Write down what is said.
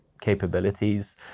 capabilities